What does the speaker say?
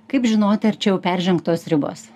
kaip žinoti ar čia jau peržengtos ribos